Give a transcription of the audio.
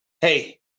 Hey